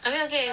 I mean okay